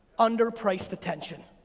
under priced attention.